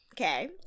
okay